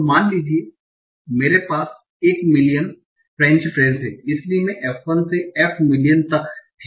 तो मान लीजिए कि मेरे पास 1 मिलियन फ़्रेंच फ़्रेज हैं इसलिए f1 से f मिलियन तक हैं